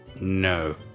No